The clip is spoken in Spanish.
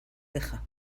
deja